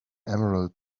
emerald